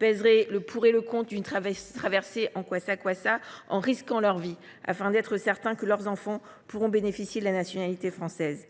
pèseraient le pour et le contre d’une traversée sur un kwassa kwassa en risquant leur vie, afin d’être certains que leurs enfants pourront bénéficier de la nationalité française